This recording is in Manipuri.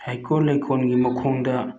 ꯍꯩꯀꯣꯜ ꯂꯩꯀꯣꯜꯒꯤ ꯃꯈꯣꯡꯗ